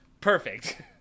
Perfect